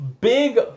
big